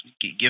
Give